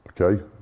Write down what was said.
Okay